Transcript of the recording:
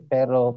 Pero